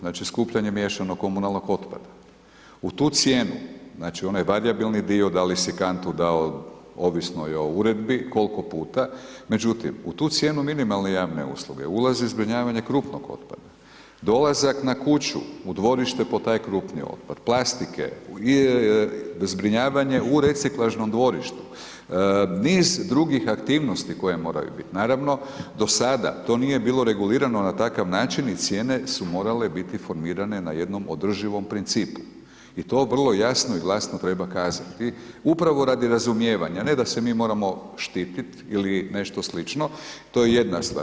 Znači skupljanje miješanog komunalnog otpada, u tu cijenu, znači onaj varijabilni dio, da li si kantu dao ovisno je o Uredbi, koliko puta, međutim, u tu cijenu minimalne javne usluge ulazi zbrinjavanje krupnog otpada, dolazak na kuću, u dvorište po taj krupni otpad, plastike, zbrinjavanje u reciklažnom dvorištu, niz drugih aktivnosti koje moraju biti, naravno, do sada to nije bilo regulirano na takav način i cijene su morale biti formirane na jednom održivom principu i to vrlo jasno i glasno treba kazati, upravo radi razumijevanja, ne da se mi moramo štititi ili nešto slično, to je jedna stvar.